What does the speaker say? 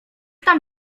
tam